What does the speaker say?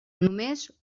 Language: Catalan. només